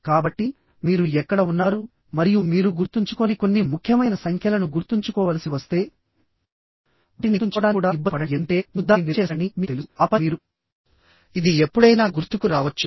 కాబట్టి మీరు ఎక్కడ ఉన్నారు మరియు మీరు గుర్తుంచుకోని కొన్ని ముఖ్యమైన సంఖ్యలను గుర్తుంచుకోవలసి వస్తే వాటిని గుర్తుంచుకోవడానికి కూడా ఇబ్బంది పడండి ఎందుకంటే మీరు దానిని నిల్వ చేస్తారని మీకు తెలుసు ఆపై మీరు ఇది ఎప్పుడైనా గుర్తుకు రావచ్చు